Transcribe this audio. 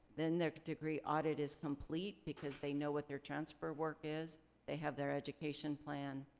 then their degree audit is complete because they know what their transfer work is, they have their education plan,